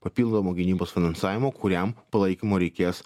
papildomo gynybos finansavimo kuriam palaikymo reikės